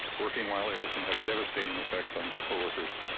working while l can have devastating effects on coworkers,